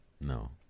no